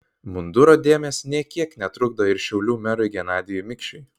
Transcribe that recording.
munduro dėmės nė kiek netrukdo ir šiaulių merui genadijui mikšiui